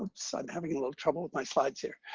um so i'm having a little trouble with my slides here.